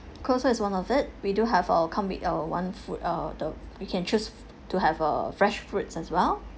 croissant is one of it we do have a come with a one food uh the you can choose to have a fresh fruits as well